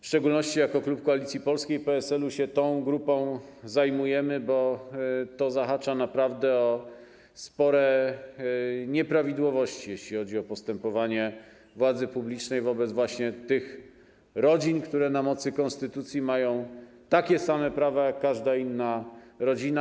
W szczególności jako klub Koalicji Polskiej - PSL-u tą grupą się zajmujemy, bo to naprawdę zahacza o spore nieprawidłowości, jeśli chodzi o postępowanie władzy publicznej wobec właśnie tych rodzin, które na mocy konstytucji mają takie same prawa jak każda inna rodzina.